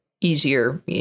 easier